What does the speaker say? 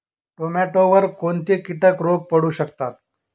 टोमॅटोवर कोणते किटक रोग पडू शकतात?